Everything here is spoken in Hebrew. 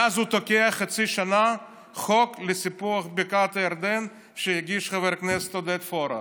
מאז הוא תוקע חצי שנה חוק לסיפוח בקעת הירדן שהגיש חבר הכנסת עודד פורר.